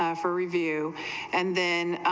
ah for review and then,